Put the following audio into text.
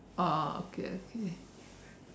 oh oh okay okay